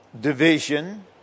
division